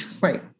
Right